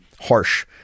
harsh